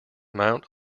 mount